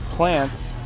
plants